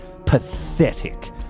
pathetic